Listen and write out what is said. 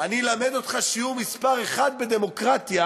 אני אלמד אותך שיעור מספר אחת בדמוקרטיה